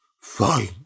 Fine